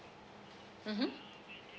mmhmm